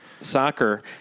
Soccer